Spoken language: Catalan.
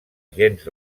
gens